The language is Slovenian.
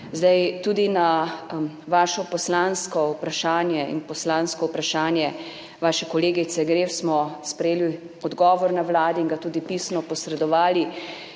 Tudi na vaše poslansko vprašanje in poslansko vprašanje vaše kolegice Greif smo sprejeli odgovor na Vladi in ga tudi pisno posredovali.